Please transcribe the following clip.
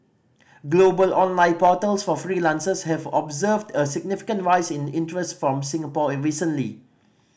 global online portals for freelancers have observed a significant rise in interest from Singapore recently